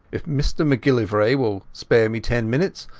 if mr macgillivray will spare me ten minutes,